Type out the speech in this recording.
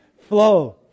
Flow